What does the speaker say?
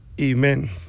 Amen